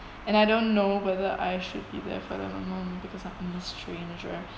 and I don't know whether I should be there for them or no because like I'm a stranger